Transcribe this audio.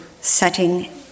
setting